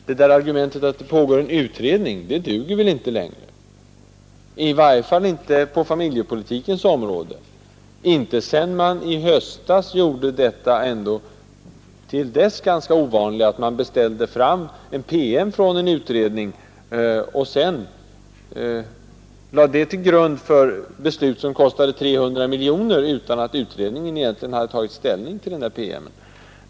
Det argumentet duger inte längre, i varje fall inte på familjepolitikens område. I höstas gjorde man ju det till dess ganska ovanliga att man beställde en PM från en utredning och lade innehållet i denna PM till grund för beslut som kostade 300 miljoner kronor, utan att utredningen egentligen hade tagit ställning till promemorian.